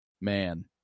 man